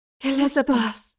Elizabeth